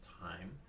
time